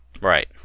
Right